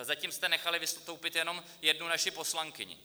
Zatím jste nechali vystoupit jenom jednu naši poslankyni.